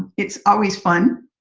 it's always fun.